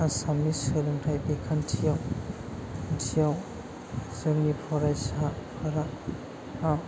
आसामनि सोलोंथाय बिखान्थियाव खान्थियाव जोंनि फरायसाफोरा